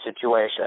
situation